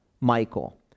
Michael